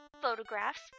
photographs